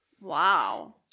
Wow